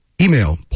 email